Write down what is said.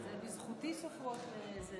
זה בזכותי סופרות.